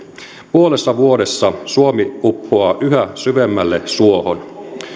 puolessa vuodessa suomi uppoaa yhä syvemmälle suohon